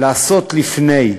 לעשות לפני.